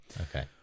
Okay